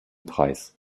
preis